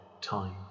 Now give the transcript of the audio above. time